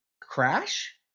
Crash